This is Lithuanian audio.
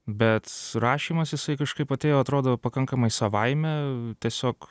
bet rašymas jisai kažkaip atėjo atrodo pakankamai savaime tiesiog